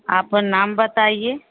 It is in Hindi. आप ओ नाम बताइए